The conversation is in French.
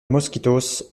mosquitos